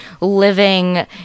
living